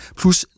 plus